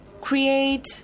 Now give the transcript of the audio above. create